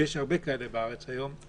ויש הרבה כאלה בארץ היום,